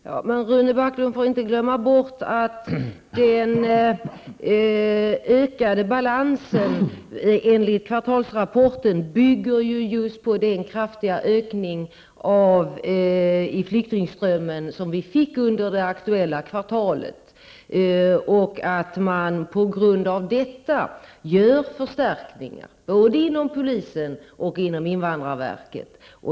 Herr talman! Rune Backlund får inte glömma bort att den ökade balansen enligt kvartalsrapporten ju bygger på den kraftiga ökning av flyktingströmmen som vi fick under det aktuella kvartalet och att man på grund av detta gör förstärkningar inom polisen och invandrarverket.